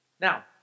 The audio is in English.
Now